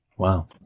Wow